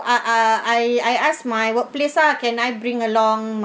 ah ah I I ask my workplace ah can I bring along